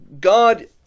God